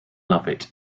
lovett